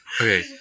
Okay